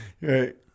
Right